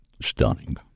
stunning